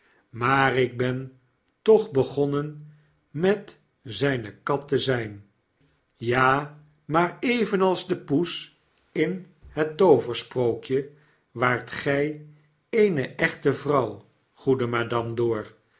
droefheid maarik ben toch begonnen met zpe kat te zyn ja i maar evenals de poes in het tooversprookje waart gg eene echte vrouw goede madame dor